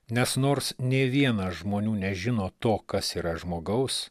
nes nors nei viena žmonių nežino to kas yra žmogaus